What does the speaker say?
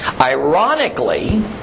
Ironically